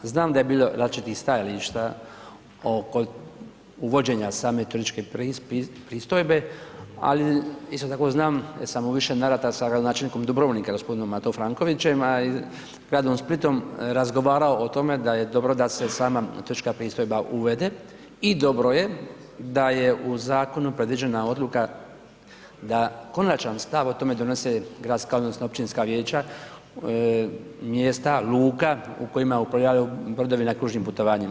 Znam da je bilo različitih stajališta oko uvođenja same turističke pristojbe, ali isto tako znam jer sam u više navrata sa gradonačelnikom Dubrovnika, g. Mato Frankovićem, a i gradom Splitom, razgovarao o tome da je dobro da se sama otočka pristojba uvede i dobro je da je u zakonu predviđena odluka da konačan stav o tome donose gradska odnosno općinska vijeća, mjesta, luka u kojima uplovljavaju brodovi na kružnim putovanjima.